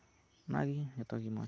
ᱚᱱᱟᱜᱮ ᱡᱚᱛᱚᱜᱮ ᱢᱚᱸᱡᱽ